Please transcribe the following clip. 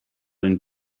den